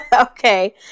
Okay